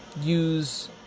use